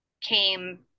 came